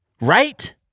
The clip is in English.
right